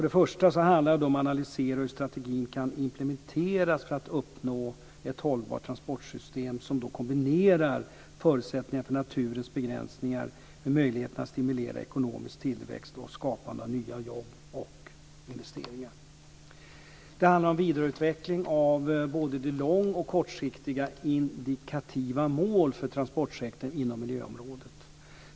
Det handlar om att analysera hur strategin kan implementeras för att uppnå ett hållbart transportsystem som kombinerar förutsättningar för naturens begränsningar med möjligheten att stimulera ekonomisk tillväxt och skapande av nya jobb och investeringar. Det handlar om vidareutveckling av både långoch kortsiktiga indikativa mål för transportsektorn inom miljöområdet.